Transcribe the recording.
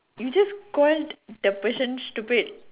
you just called the person stupid